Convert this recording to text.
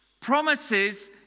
Promises